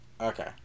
Okay